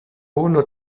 uno